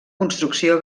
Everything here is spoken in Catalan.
construcció